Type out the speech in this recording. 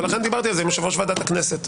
ולכן דיברתי על זה עם יושב-ראש ועדת הכנסת,